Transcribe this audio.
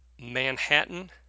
Manhattan